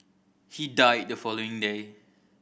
he died the following day